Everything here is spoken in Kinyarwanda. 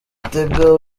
bitega